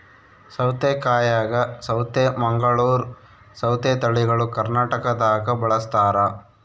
ಸೌತೆಕಾಯಾಗ ಸೌತೆ ಮಂಗಳೂರ್ ಸೌತೆ ತಳಿಗಳು ಕರ್ನಾಟಕದಾಗ ಬಳಸ್ತಾರ